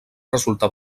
resultar